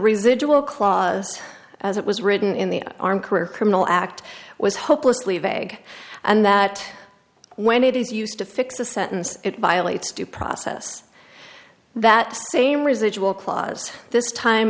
residual clause as it was written in the arm career criminal act was hopelessly vague and that when it is used to fix a sentence it violates due process that same residual clause this time